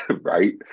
Right